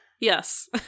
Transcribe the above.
Yes